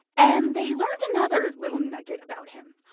and they learned another little nugget about him.